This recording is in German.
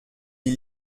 die